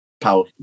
power